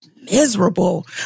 miserable